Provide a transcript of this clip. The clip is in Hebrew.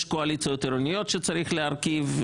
יש קואליציות עירוניות שצריך להרכיב,